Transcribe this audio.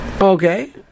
Okay